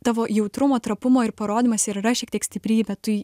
tavo jautrumo trapumo ir parodymas ir yra šiek tiek stiprybė tu